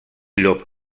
llop